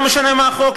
לא משנה מה החוק,